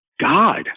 God